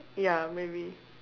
ya maybe